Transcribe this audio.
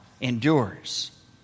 endures